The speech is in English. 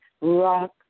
rock